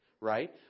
right